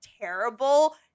terrible